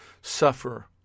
suffer